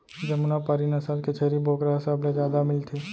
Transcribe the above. जमुना पारी नसल के छेरी बोकरा ह सबले जादा मिलथे